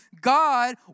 God